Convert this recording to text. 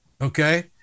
Okay